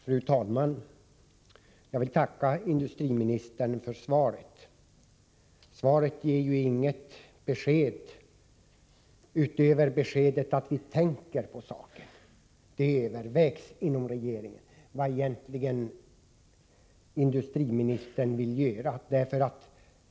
Fru talman! Jag vill tacka industriministern för svaret på min fråga. Det ger utöver upplysningen att frågan övervägs inom regeringen inget besked om vad industriministern egentligen vill göra.